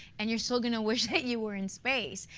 and you're still going to wish that you were in space.